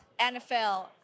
NFL